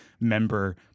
member